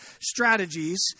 strategies